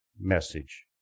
message